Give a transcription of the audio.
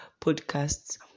Podcasts